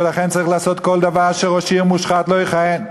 ולכן צריך לעשות כל דבר כדי שראש עיר מושחת לא יכהן.